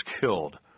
killed